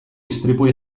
istripua